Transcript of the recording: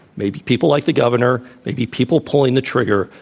maybe people like the governor, maybe people pulling the trigger,